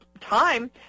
time